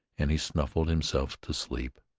and he snuffled himself to sleep.